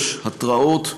3. התרעות,